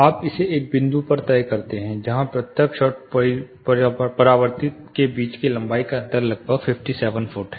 आप इसे एक बिंदु पर तय कर रहे हैं जहां प्रत्यक्ष और परावर्तित के बीच की लंबाई का अंतर लगभग 57 फुट है